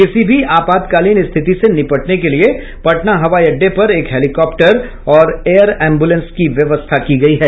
किसी भी आपातकालीन स्थिति से निपटने के लिये पटना हवाई अड्डे पर एक हेलीकॉप्टर और एयर एंबुलेंस की व्यवस्था की गयी है